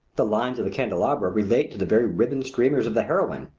the lines of the candelabra relate to the very ribbon streamers of the heroine,